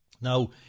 Now